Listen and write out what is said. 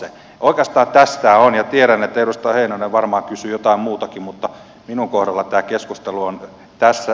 oikeastaan tässä tämä on ja tiedän että edustaja heinonen varmaan kysyy jotain muutakin mutta minun kohdallani tämä keskustelu on tässä